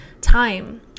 time